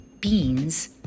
beans